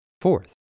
Fourth